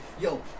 Yo